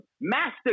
master